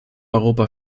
europa